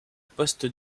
poste